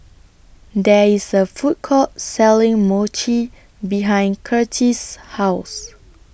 There IS A Food Court Selling Mochi behind Curtiss' House